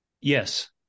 Yes